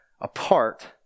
apart